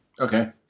okay